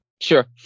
Sure